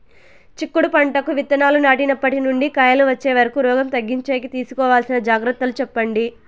చిక్కుడు పంటకు విత్తనాలు నాటినప్పటి నుండి కాయలు వచ్చే వరకు రోగం తగ్గించేకి తీసుకోవాల్సిన జాగ్రత్తలు చెప్పండి?